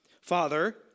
Father